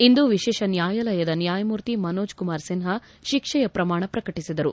ಇಂದು ವಿಶೇಷ ನ್ನಾಯಾಲಯದ ನ್ನಾಯಮೂರ್ತಿ ಮನೋಜ್ ಕುಮಾರ್ ಸಿನ್ನಾ ಶಿಕ್ಷೆಯ ಪ್ರಮಾಣ ಪ್ರಕಟಿಸಿದರು